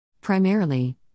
Primarily